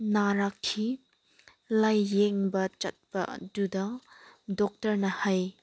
ꯅꯥꯔꯛꯈꯤ ꯂꯥꯏꯌꯦꯡꯕ ꯆꯠꯄ ꯑꯗꯨꯗ ꯗꯣꯛꯇꯔꯅ ꯍꯥꯏ